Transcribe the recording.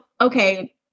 okay